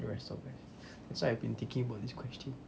the rest of us that's why I've been thinking about this question